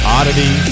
Oddity